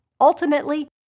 Ultimately